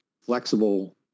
flexible